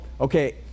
Okay